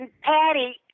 Patty